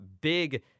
big